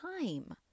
time